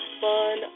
fun